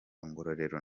ngororero